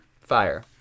Fire